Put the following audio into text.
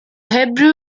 hebrew